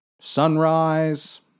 Sunrise